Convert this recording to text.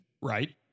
Right